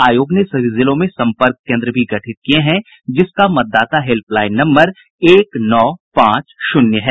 आयोग ने सभी जिलों में संपर्क केन्द्र भी गठित किए हैं जिसका मतदाता हेल्प लाईन नम्बर है एक नौ पांच शून्य है